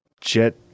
Jet